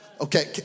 Okay